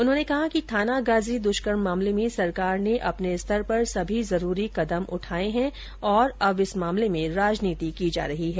उन्होंने कहा कि थानागाजी द्वष्कर्म मामले में सरकार ने अपने स्तर पर सभी जरूरी कदम उठाए हैं और अब इस मामले में राजनीति की जा रही है